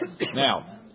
Now